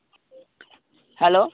hello